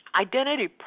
Identity